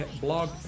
blog